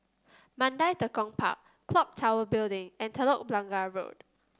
Mandai Tekong Park clock Tower Building and Telok Blangah Road